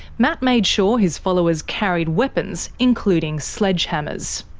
matt made sure his followers carried weapons, including sledgehammers.